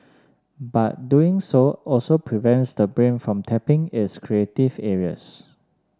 but doing so also prevents the brain from tapping its creative areas